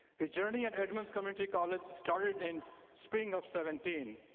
his journey at edmonds community college started in spring of seventeen,